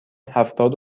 هفتاد